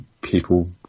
people